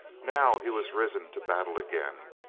now he was risen to battle again!